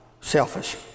selfish